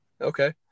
Okay